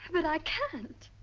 but i can't.